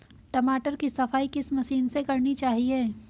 टमाटर की सफाई किस मशीन से करनी चाहिए?